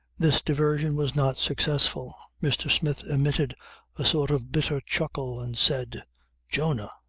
this diversion was not successful. mr. smith emitted a sort of bitter chuckle and said jonah!